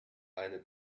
eine